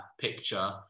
picture